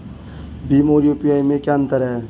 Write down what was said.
भीम और यू.पी.आई में क्या अंतर है?